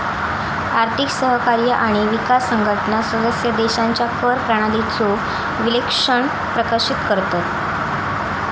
आर्थिक सहकार्य आणि विकास संघटना सदस्य देशांच्या कर प्रणालीचो विश्लेषण प्रकाशित करतत